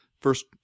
first